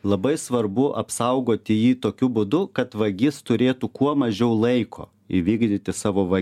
labai svarbu apsaugoti jį tokiu būdu kad vagis turėtų kuo mažiau laiko įvykdyti savo va